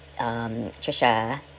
Trisha